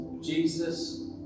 Jesus